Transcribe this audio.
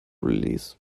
release